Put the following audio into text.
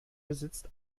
besitzt